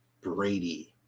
Brady